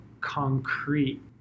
concrete